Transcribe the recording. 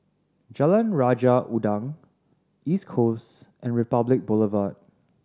Jalan Raja Udang East Coast and Republic Boulevard